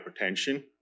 hypertension